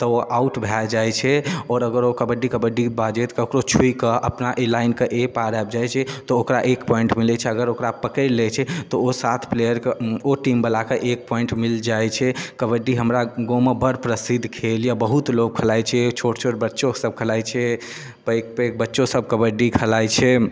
तऽ ओ आउट भऽ जाइ छै आओर अगर ओ कबड्डी कबड्डी बाजैत ककरो छुइ कऽ अपना ई लाइनके एहि पार आबि जाइ छै तऽ ओकरा एक पॉइन्ट मिलै छै अगर ओकरा पकड़ि लै छै तऽ ओ सात प्लेयरके ओ टीम बला के एक पॉइन्ट मिल जाइ छै कबड्डी हमरा गाँव मे बड़ प्रसिद्ध खेल यऽ बहुत लोक खलाइ छै छोट छोट बच्चो सभ खलाइ छै पैघ पैघ बच्चो सभ कबड्डी खलाइ छै